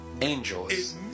angels